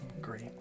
great